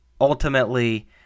ultimately